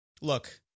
look